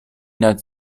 nawet